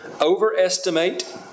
overestimate